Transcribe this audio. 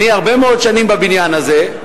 אני הרבה מאוד שנים בבניין הזה,